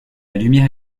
lumière